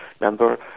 number